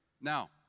Now